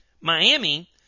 Miami